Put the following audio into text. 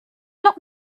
not